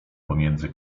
pomiędzy